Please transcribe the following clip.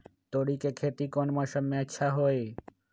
तोड़ी के खेती कौन मौसम में अच्छा होई?